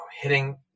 hitting